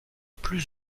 plus